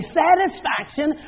satisfaction